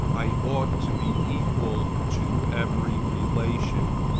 i ought to be equal to every relation.